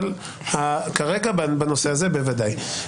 אבל כרגע בנושא הזה בוודאי.